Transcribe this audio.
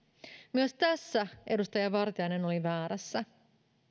myös tässä edustaja vartiainen oli väärässä